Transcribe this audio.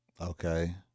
Okay